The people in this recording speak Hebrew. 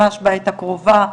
ממש בעת הקרובה,